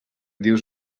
dius